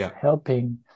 helping